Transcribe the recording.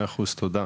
מאה אחוז, תודה.